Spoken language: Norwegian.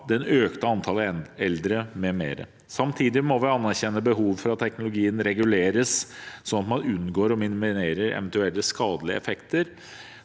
det økte antallet eldre, m.m. Samtidig må vi anerkjenne behovet for at teknologien reguleres sånn at man unngår og minimerer eventuelle skadelige effekter.